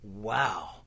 Wow